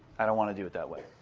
i don't want to do it that way.